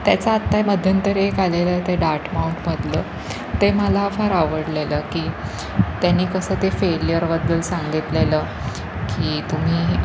त्याचा आत्ता आहे मध्यंतरी एक आलेला आहे ते डाटमाऊंटमधलं ते मला फार आवडलेलं की त्याने कसं ते फेलियरबद्दल सांगितलेलं की तुम्ही